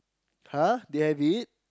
!huh! they have it